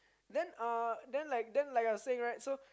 then uh then like then like I was saying right so